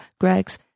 gregs